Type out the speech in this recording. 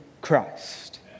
Christ